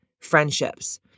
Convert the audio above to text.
friendships